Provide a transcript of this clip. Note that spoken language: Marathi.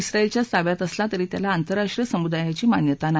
उत्रायलच्याच ताब्यात असला तरी त्याला आंतरराष्ट्रीय समुदायाची मान्यता नाही